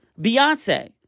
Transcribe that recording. Beyonce